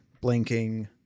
blinking